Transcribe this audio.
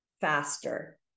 faster